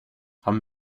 haben